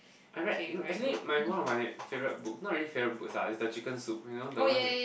I read actually my one of my favourite book not really favourite books lah it's the chicken soup you know the one